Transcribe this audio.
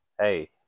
hey